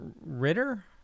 Ritter